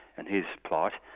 and his plight,